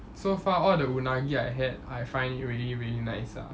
so far all the unagi I had I find it really really nice lah